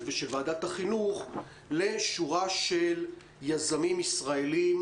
ושל ועדת החינוך לשורה של יזמים ישראלים,